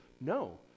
no